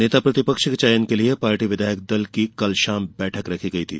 नेता प्रतिपक्ष के चयन के लिए पार्टी विधायक दल की कल शाम बैठक रखी गई थी